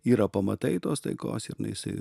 yra pamatai tos taikos ir nu jisai